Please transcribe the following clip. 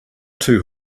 too